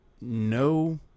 no